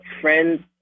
friends